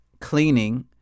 cleaning